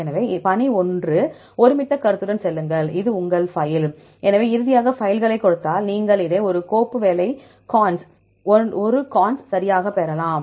எனவே பணி 1 ஒருமித்த கருத்துடன் செல்லுங்கள் இது உங்கள் பைல் refer Slide Time 2829 எனவே இறுதியாக பைல்களை கொடுத்தால் இதை நீங்கள் ஒரு கோப்பு வேலை 1 கான் சரியாகப் பெறலாம்